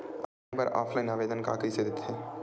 बनाये बर ऑफलाइन आवेदन का कइसे दे थे?